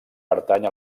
pertany